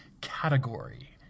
category